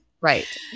Right